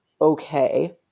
okay